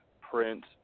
print